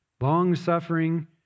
long-suffering